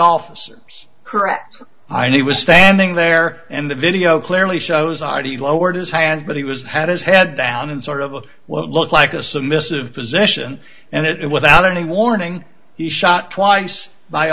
officers correct i know he was standing there and the video clearly shows already lowered his hand but he was had his head down and sort of what looked like a submissive position and it without any warning he shot twice by